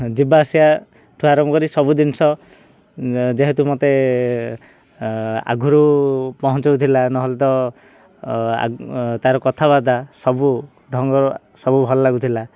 ଯିବା ଆସିବା ଠୁ ଆରମ୍ଭ କରି ସବୁ ଜିନିଷ ଯେହେତୁ ମୋତେ ଆଗରୁ ପହଞ୍ଚଉ ଥିଲା ନହେଲେ ତ ତା'ର କଥାବାର୍ତ୍ତା ସବୁ ଢଙ୍ଗ ସବୁ ଭଲ ଲାଗୁଥିଲା